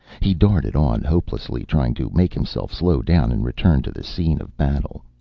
he darted on, hopelessly trying to make himself slow down and return to the scene of battle.